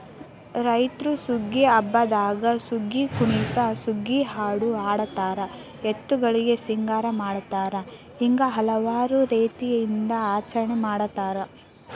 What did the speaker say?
ರೈತ್ರು ಸುಗ್ಗಿ ಹಬ್ಬದಾಗ ಸುಗ್ಗಿಕುಣಿತ ಸುಗ್ಗಿಹಾಡು ಹಾಡತಾರ ಎತ್ತುಗಳಿಗೆ ಸಿಂಗಾರ ಮಾಡತಾರ ಹಿಂಗ ಹಲವಾರು ರೇತಿಯಿಂದ ಆಚರಣೆ ಮಾಡತಾರ